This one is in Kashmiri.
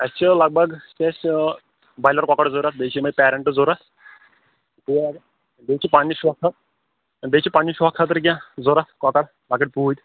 اَسہِ چھِ لگ بگ چھِ اَسہِ بایلَر کۄکر ضوٚرَتھ بیٚیہِ چھِ یِمے پیرَنٹٕس ضوٚرَتھ بیٚیہِ چھِ پننہِ شوقہٕ بیٚیہِ چھِ پَننہِ شوقہٕ خٲطرٕ کیٚنٛہہ ضوٚرَتھ کۄکر لۄکٕٹۍ پوٗتۍ